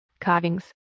carvings